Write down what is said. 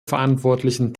verantwortlichen